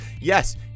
Yes